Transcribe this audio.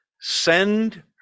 send